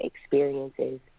experiences